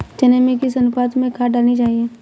चने में किस अनुपात में खाद डालनी चाहिए?